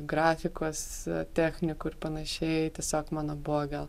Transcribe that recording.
grafikos technikų ir panašiai tiesiog mano buvo gal